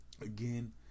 Again